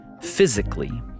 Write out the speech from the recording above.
physically